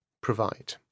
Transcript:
provide